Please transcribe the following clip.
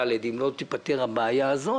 ד' אם לא תיפתר הבעיה הזאת